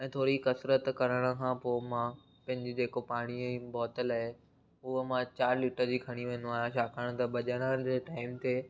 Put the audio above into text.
ऐं थोरी कसरत करण खां पोइ मां पंहिंजी जेको पाणीअ जी बोतल आहे उहो मां चार लीटर जी खणी वेंदो आहियां छाकाणि त भॼण जे टाइम ते